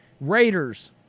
Raiders